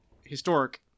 historic